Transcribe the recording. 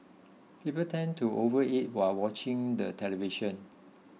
people tend to overeat while watching the television